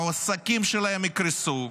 העסקים שלהם יקרסו,